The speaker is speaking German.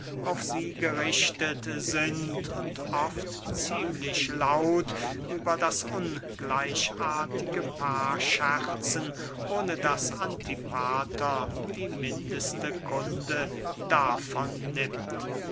auf sie gerichtet sind und oft ziemlich laut über das ungleichartige paar scherzen ohne daß antipater die mindeste kunde davon nimmt